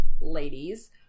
ladies